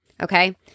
okay